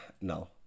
No